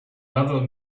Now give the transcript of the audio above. another